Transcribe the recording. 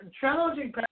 challenging